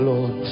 Lord